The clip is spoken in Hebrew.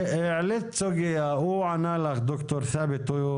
העלית סוגיה, ד"ר ת'אבת ענה לך.